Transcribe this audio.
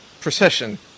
procession